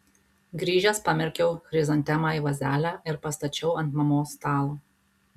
grįžęs pamerkiau chrizantemą į vazelę ir pastačiau ant mamos stalo